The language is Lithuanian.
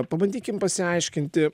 pabandykim pasiaiškinti